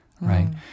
right